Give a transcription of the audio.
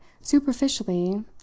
superficially